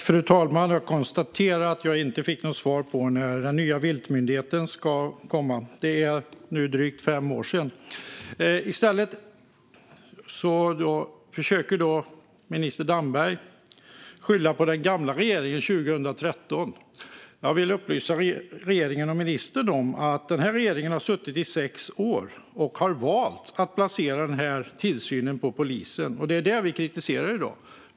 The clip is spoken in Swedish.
Fru talman! Jag konstaterar att jag inte fick något svar på när den nya viltmyndigheten ska komma. Det har nu gått drygt fem år. I stället försöker minister Damberg skylla på den gamla regeringens beslut 2013. Jag vill upplysa regeringen och ministern om att den här regeringen har suttit i sex år och har valt att placera denna tillsyn hos polisen, och det är detta vi kritiserar i dag.